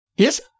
Yes